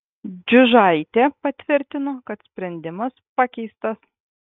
džiužaitė patvirtino kad sprendimas pakeistas